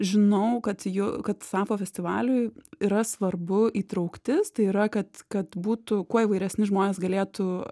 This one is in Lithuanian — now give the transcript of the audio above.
žinau kad ju kad safo festivaliui yra svarbu įtrauktis tai yra kad kad būtų kuo įvairesni žmonės galėtų